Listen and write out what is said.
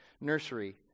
nursery